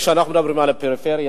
כשאנחנו מדברים על הפריפריה,